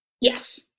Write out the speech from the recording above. Yes